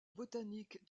botaniques